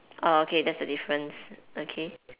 oh okay that's the difference okay